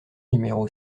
numéro